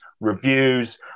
reviews